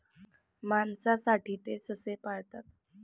मांसासाठी ते ससे पाळतात